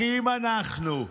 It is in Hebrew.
אחים אנחנו.